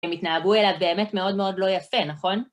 הם התנהגו אליו באמת מאוד מאוד לא יפה, נכון?